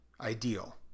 ideal